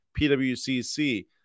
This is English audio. PWCC